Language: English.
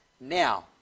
now